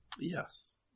Yes